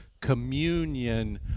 communion